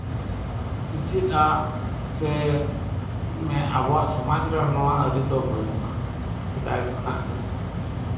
ᱢᱚᱸᱡ ᱛᱮ ᱪᱮᱪᱮᱫ ᱟᱜ ᱥᱮ ᱟᱵᱚᱣᱟᱜ ᱥᱮᱫᱟᱭ ᱟᱨᱤ ᱫᱚ ᱵᱟᱱᱩᱜᱼᱟ ᱥᱮᱫᱟᱭ ᱠᱷᱚᱡ ᱜᱮ